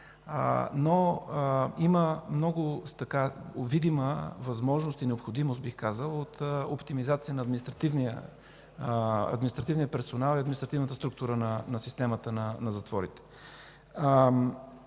Но има много видима възможност и необходимост, бих казал, от оптимизация на административния персонал и административната структура на системата на затворите.